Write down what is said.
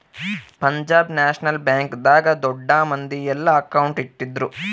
Punjab national bank ದಾಗ ದೊಡ್ಡ ಮಂದಿ ಯೆಲ್ಲ ಅಕೌಂಟ್ ಇಟ್ಟಿದ್ರು